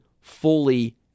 fully